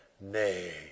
nay